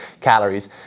calories